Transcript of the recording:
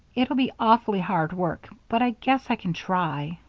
it'll be awfully hard work, but i guess i can try.